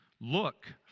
Look